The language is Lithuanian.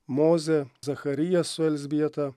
mozė zacharijas su elzbieta